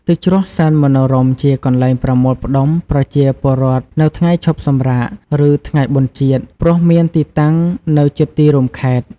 ទឹកជ្រោះសែនមនោរម្យជាកន្លែងប្រមូលផ្តុំប្រជាពលរដ្ឋនៅថ្ងៃឈប់សម្រាក ឬ ថ្ងៃបុណ្យជាតិ ព្រោះមានទីតាំងនៅជិតទីរួមខេត្ត។